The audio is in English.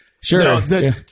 sure